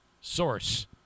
source